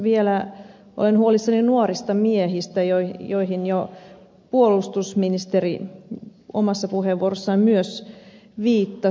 vielä olen huolissani nuorista miehistä joihin jo puolustusministeri omassa puheenvuorossaan myös viittasi